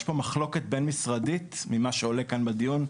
יש פה מחלוקת בין משרדית ממה שעולה כאן בדיון,